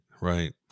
right